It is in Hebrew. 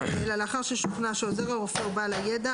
אלא לאחר ששוכנע שעוזר הרופא הוא בעל הידע,